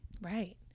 Right